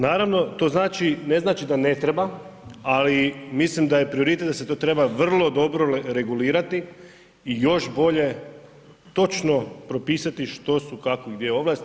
Naravno, to znači, ne znači da ne treba ali mislim da je prioritet da se to treba vrlo dobro regulirati i još bolje točno propisati što su kako, gdje ovlasti.